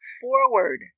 forward